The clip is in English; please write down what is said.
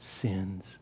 sins